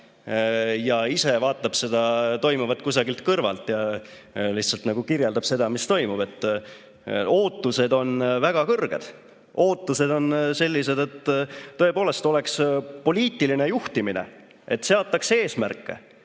ise vaatab toimuvat kusagilt kõrvalt ja lihtsalt kirjeldab seda, mis toimub. Ootused on väga kõrged. Ootused on sellised, et tõepoolest oleks poliitiline juhtimine, et seataks eesmärke.